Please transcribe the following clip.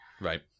right